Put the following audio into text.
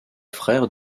frère